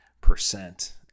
percent